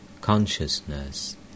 consciousness